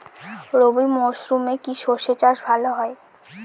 রবি মরশুমে কি সর্ষে চাষ ভালো হয়?